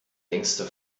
längste